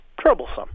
troublesome